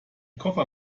koffer